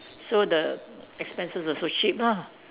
so the expenses also cheap lah